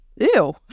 Ew